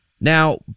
Now